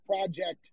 project